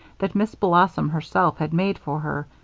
that miss blossom herself had made for her.